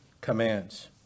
commands